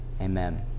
Amen